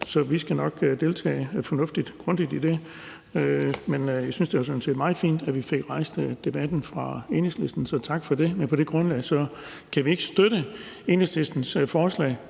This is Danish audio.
Så vi skal deltage fornuftigt og grundigt i det. Men jeg synes da, det sådan set var meget fint, at man fik rejst debatten fra Enhedslistens side, så tak for det. Men på det grundlag kan vi ikke støtte Enhedslistens forslag,